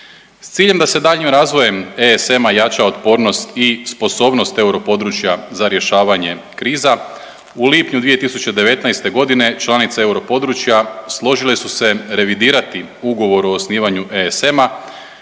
S ciljem da se daljnjim razvojem ESM-a jača otpornost i sposobnost europodručja za rješavanje kriza. U lipnju 2019.g. članice europodručja složile su se revidirati Ugovor o osnivanju ESM-a